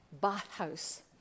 bathhouse